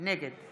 נגד